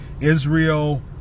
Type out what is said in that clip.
Israel